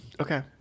Okay